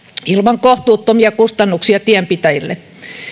ilman kohtuuttomia kustannuksia tienpitäjille